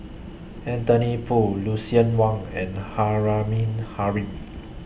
Anthony Poon Lucien Wang and Rahimah Rahim